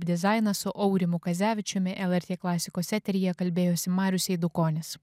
dizainą su aurimu kazevičiumi lrt klasikos eteryje kalbėjosi marius eidukonis